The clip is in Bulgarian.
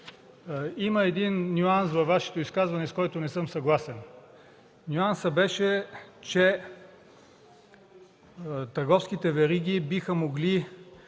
Има един нюанс във Вашето изказване, с който не съм съгласен. Нюансът беше, че търговските вериги биха могли